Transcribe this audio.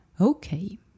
Okay